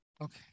okay